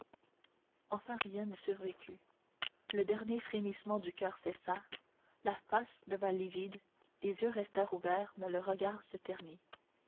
enfin rien ne survécut le dernier frémissement du coeur cessa la face devint livide les yeux restèrent ouverts mais le regard se ternit